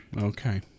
Okay